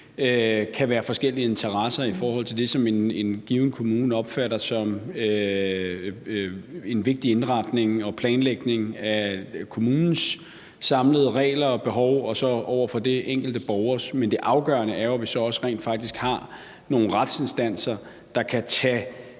kan være forskellige interesser mellem det, som en given kommunen opfatter som en vigtig indretning og planlægning af kommunens samlede regler og behov, og så den enkelte borgers opfattelse af det. Men det afgørende er jo, at vi så også rent faktisk har nogle retsinstanser, der kan tage